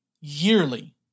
yearly